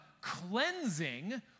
cleansing